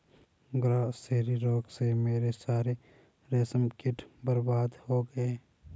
grasserie रोग से मेरे सारे रेशम कीट बर्बाद हो गए